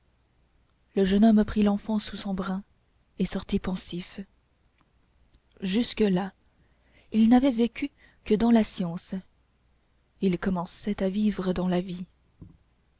le jeune homme prit l'enfant sous son bras et sortit pensif jusque-là il n'avait vécu que dans la science il commençait à vivre dans la vie